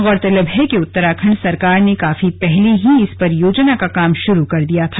गौरतलब है कि उत्तराखंड सरकार ने काफी पहले ही इस परियोजना का काम शुरू कर दिया था